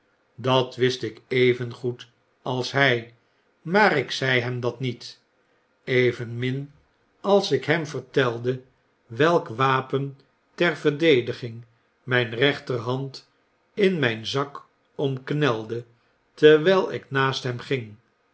dat wist ik evengoed als hg maar ik zei hem dat niet evenmin als ik hem vertelde welk wapen ter verdediging myn rechterhand in mtjn zak omknelde terwyl ik naast hem ging